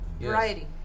variety